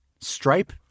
Stripe